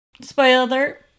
Spoiler